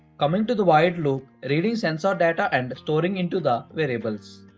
coming to the void loop, reading sensor data and storing into the variables.